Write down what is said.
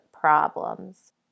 problems